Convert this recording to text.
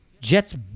Jets